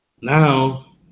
now